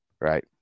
right